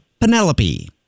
Penelope